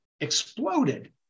exploded